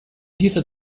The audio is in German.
dieser